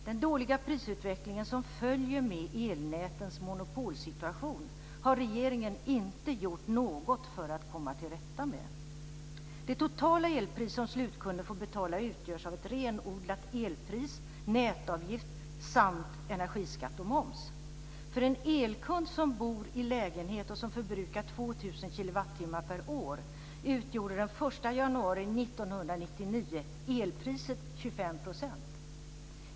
Den dåliga prisutvecklingen som följer med elnätens monopolsituation har regeringen inte gjort något för att komma till rätta med. 1999 elpriset 25 %.